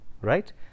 right